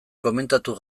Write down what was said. komentatu